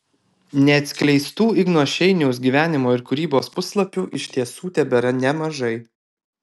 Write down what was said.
neatskleistų igno šeiniaus gyvenimo ir kūrybos puslapių iš tiesų tebėra nemažai